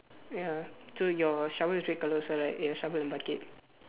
ya so your shovel is red color also right ya shovel in bucket